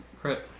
Crit